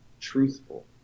truthful